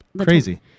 Crazy